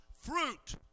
fruit